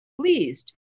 Pleased